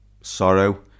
sorrow